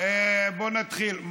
בואו נתחיל.